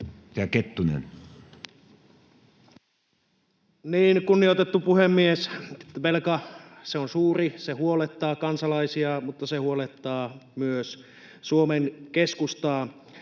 Content: Kunnioitettu puhemies! Velka on suuri, se huolettaa kansalaisia, mutta se huolettaa myös Suomen Keskustaa.